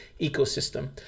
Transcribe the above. ecosystem